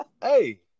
Hey